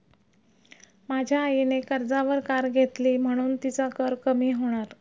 माझ्या आईने कर्जावर कार घेतली म्हणुन तिचा कर कमी होणार